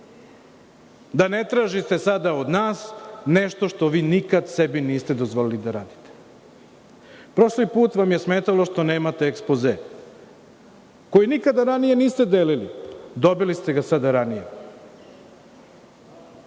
da ne tražite sada od nas nešto što vi nikad niste dozvolili da radite. Prošli put vam je smetalo što nemate ekspoze, koji nikada ranije niste delili, dobili ste ga sada